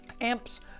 amps